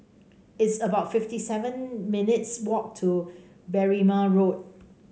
it's about fifty seven minutes' walk to Berrima Road